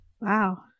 Wow